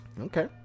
okay